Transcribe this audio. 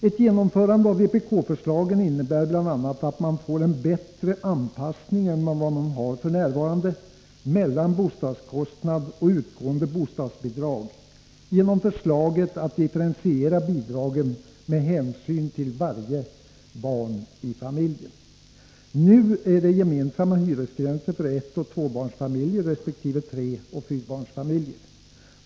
Ett genomförande av vpk-förslagen innebär bl.a. att man får en bättre anpassning än vad man har f. n. mellan bostadskostnad och utgående bostadsbidrag, eftersom bidragen differentieras med hänsyn till varje barn i familjen. Nu har man gemensamma hyresgränser för ettoch tvåbarnsfamiljer resp. treoch fyrabarnsfamiljer.